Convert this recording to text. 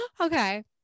okay